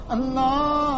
Allah